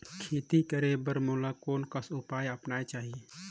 खेती करे बर मोला कोन कस उपाय अपनाये चाही?